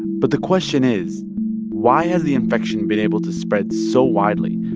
but the question is why has the infection been able to spread so widely,